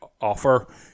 offer